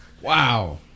Wow